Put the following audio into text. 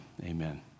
amen